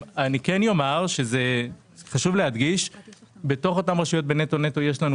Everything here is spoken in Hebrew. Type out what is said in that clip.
חשוב להדגיש שבתוך אותן רשויות שמודדות